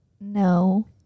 No